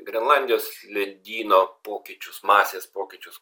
grenlandijos ledyno pokyčius masės pokyčius